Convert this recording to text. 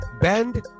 bend